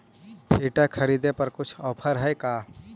Filter खरिदे पर कुछ औफर है का?